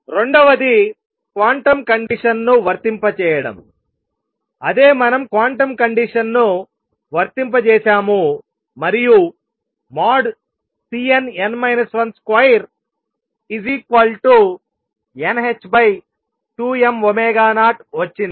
రెండవది క్వాంటం కండిషన్ను వర్తింపజేయడం అదే మనం క్వాంటం కండిషన్ను వర్తింపజేసాము మరియు |Cnn 1 |2nh2m0 వచ్చింది